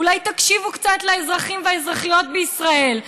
אולי תקשיבו קצת לאזרחים ולאזרחיות בישראל,